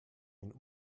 einen